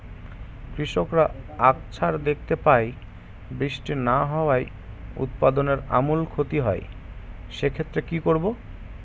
কৃষকরা আকছার দেখতে পায় বৃষ্টি না হওয়ায় উৎপাদনের আমূল ক্ষতি হয়, সে ক্ষেত্রে কি করব?